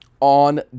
on